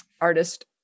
artist